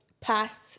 past